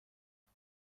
اون